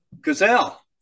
Gazelle